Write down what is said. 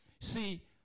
See